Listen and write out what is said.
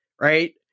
right